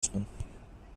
öffnen